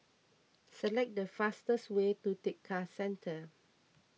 select the fastest way to Tekka Centre